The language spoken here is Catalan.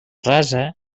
rasa